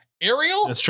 Ariel